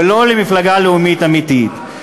ולא למפלגה לאומית אמיתית.